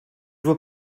vois